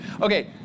Okay